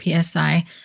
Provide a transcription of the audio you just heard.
PSI